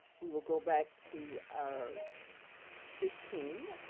we will go back to our fifteen,